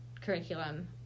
curriculum